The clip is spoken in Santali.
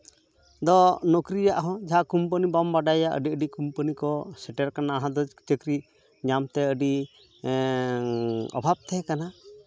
ᱫᱚ ᱱᱚᱠᱨᱤᱭᱟᱜ ᱦᱚᱸ ᱡᱟᱦᱟᱸ ᱠᱳᱢᱯᱟᱱᱤ ᱵᱟᱢ ᱵᱟᱰᱟᱭᱟ ᱟᱹᱰᱤ ᱟᱹᱰᱤ ᱠᱳᱢᱯᱟᱱᱤ ᱠᱚ ᱥᱮᱴᱮᱨ ᱠᱟᱱᱟ ᱟᱫᱚ ᱪᱟᱹᱠᱨᱤ ᱧᱟᱢᱛᱮ ᱟᱹᱰᱤ ᱚᱵᱷᱟᱵᱽ ᱛᱟᱦᱮᱸ ᱠᱟᱱᱟ